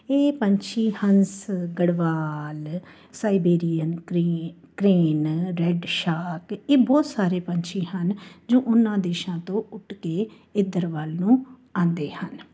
ਇਹ ਪੰਛੀ ਹੰਸ ਗੜਵਾਲ ਸਾਈਬੇਰੀਅਨ ਪ੍ਰੀ ਪ੍ਰੀਨ ਰੈੱਡ ਸ਼ਾਕ ਇਹ ਬਹੁਤ ਸਾਰੇ ਪੰਛੀ ਹਨ ਜੋ ਉਨ੍ਹਾਂ ਦੇਸ਼ਾਂ ਤੋਂ ਉੱਡ ਕੇ ਇੱਧਰ ਵੱਲ ਨੂੰ ਆਉਂਦੇ ਹਨ